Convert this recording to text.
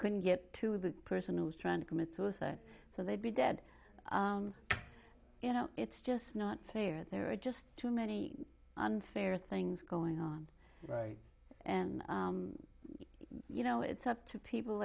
couldn't get to the person who was trying to commit suicide so they'd be dead you know it's just not fair there are just too many unfair things going on and you know it's up to people